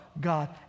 God